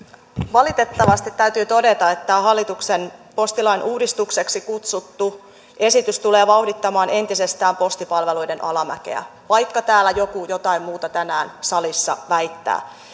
valitettavasti täytyy todeta että tämä hallituksen postilain uudistukseksi kutsuttu esitys tulee vauhdittamaan entisestään postipalveluiden alamäkeä vaikka täällä joku jotain muuta tänään salissa väittää